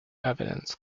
evidence